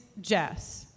Jess